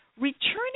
Returning